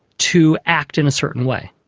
to act in a certain way.